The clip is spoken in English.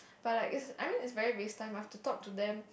but like it's I mean it's very waste time I have to talk to them